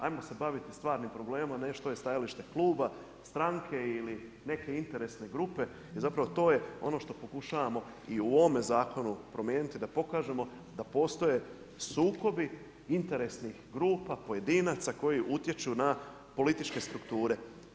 Ajmo se bavit stvarnim problemima, ne što je stajalište kluba, stranke ili neke interesne grupe i zapravo to je ono što pokušavamo i u ovom zakonu promijeniti, da pokažemo da postoje sukobi interesnih grupa, pojedinaca koji utječu na političke strukture.